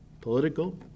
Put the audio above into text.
political